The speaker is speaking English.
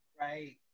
Right